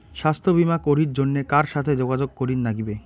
স্বাস্থ্য বিমা করির জন্যে কার সাথে যোগাযোগ করির নাগিবে?